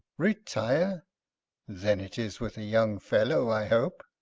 retire then it is with a young fellow, i hope.